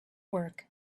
work